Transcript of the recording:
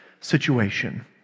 situation